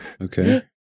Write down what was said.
Okay